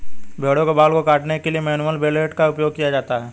भेड़ों के बाल को काटने के लिए मैनुअल ब्लेड का उपयोग किया जाता है